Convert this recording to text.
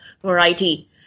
variety